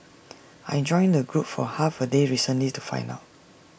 I joined the group for half A day recently to find out